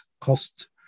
cost